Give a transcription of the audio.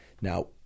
Now